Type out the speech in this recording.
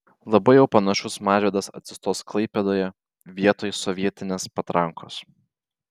labai jau panašus mažvydas atsistos klaipėdoje vietoj sovietinės patrankos